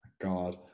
god